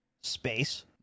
space